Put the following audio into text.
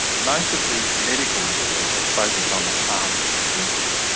most of the medical research has focused on the harms to the drinkers.